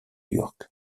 york